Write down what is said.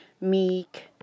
Meek